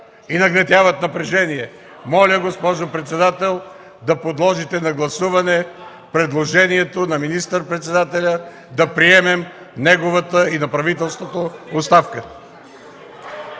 и нагнетяват напрежение. Моля, госпожо председател, да подложите на гласуване предложението на министър-председателя да приемем неговата и на правителството оставка.